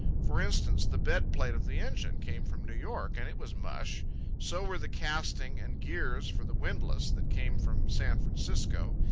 for instance, the bed-plate of the engine came from new york, and it was mush so were the casting and gears for the windlass that came from san francisco.